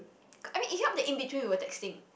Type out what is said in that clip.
K I mean it help that in between we were texting